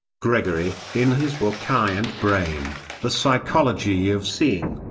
gregory, in his book eye and brain the psychology of seeing,